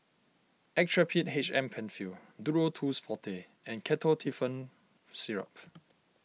Actrapid H M Penfill Duro Tuss Forte and Ketotifen Syrup